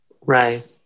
Right